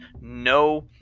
no